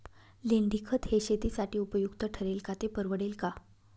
लेंडीखत हे शेतीसाठी उपयुक्त ठरेल का, ते परवडेल का?